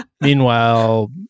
Meanwhile